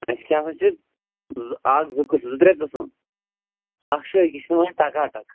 اَسہِ کیٛاہ سا چھِ زٕ اکھ زٕ قٕسم زٕ ترٛےٚ قٕسٕم اَکھ چھِ أکِس چھِ نِوان ٹَکا ٹَک